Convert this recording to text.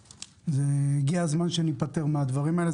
הגיע הזמן שניפטר מהדברים האלה,